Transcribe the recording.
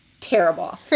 terrible